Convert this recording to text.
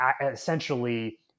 essentially